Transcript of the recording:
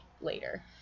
later